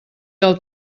del